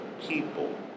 people